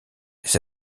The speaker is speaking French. les